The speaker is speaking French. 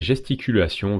gesticulations